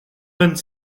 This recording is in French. vingt